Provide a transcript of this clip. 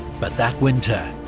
but that winter,